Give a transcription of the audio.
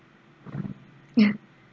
ya